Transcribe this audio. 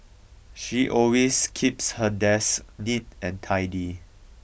she always keeps her desk neat and tidy